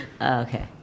Okay